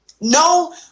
No